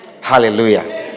hallelujah